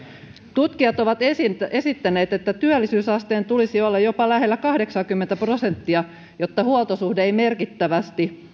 tutkijat ovat esittäneet että työllisyysasteen tulisi olla jopa lähellä kahdeksaakymmentä prosenttia jotta huoltosuhde ei merkittävästi